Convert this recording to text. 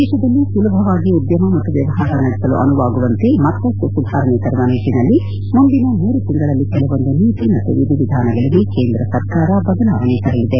ದೇಶದಲ್ಲಿ ಸುಲಭವಾಗಿ ಉದ್ದಮ ಮತ್ತು ವ್ವವಹಾರ ನಡೆಸಲು ಅನುವಾಗುವಂತೆ ಮತ್ತಷ್ಟು ಸುಧಾರಣೆ ತರುವ ನಿಟ್ಲನಲ್ಲಿ ಮುಂದಿನ ಮೂರು ತಿಂಗಳಲ್ಲಿ ಕೆಲವೊಂದು ನೀತಿ ಮತ್ತು ವಿಧಿವಿಧಾನಗಳಿಗೆ ಕೇಂದ್ರ ಸರ್ಕಾರ ಬದಲಾವಣೆ ತರಲಿದೆ